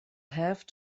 have